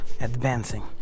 advancing